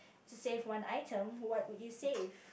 to save one item what would you save